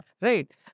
Right